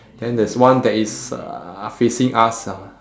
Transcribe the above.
and there's one that is uh facing us ah